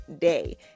day